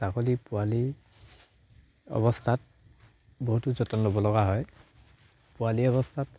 ছাগলী পোৱালি অৱস্থাত বহুতো যতন ল'ব লগা হয় পোৱালি অৱস্থাত